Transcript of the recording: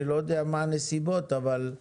אני לא יודע מה הנסיבות, אבל את